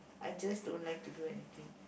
I just don't like to do anything